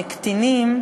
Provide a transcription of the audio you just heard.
קטינים,